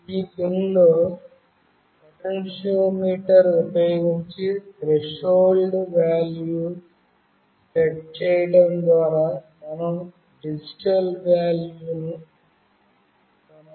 ఈ పిన్లో పొటెన్షియోమీటర్ ఉపయోగించి త్రెషోల్డ్ వేల్యూ సెట్ చేయడం ద్వారా మనం డిజిటల్ వేల్యూ ను పొందవచ్చు